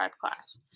class